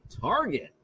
target